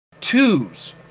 Twos